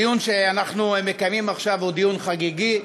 הדיון שאנחנו מקיימים עכשיו הוא דיון חגיגי,